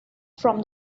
from